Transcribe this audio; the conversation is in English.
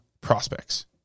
prospects